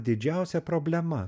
didžiausia problema